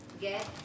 get